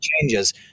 changes